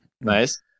nice